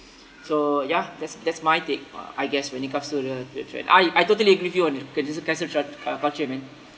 so ya that's that's my take uh I guess when it comes to the the trend I I totally agree with you on the can~ cancel cul~ uh culture man